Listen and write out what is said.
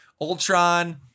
ultron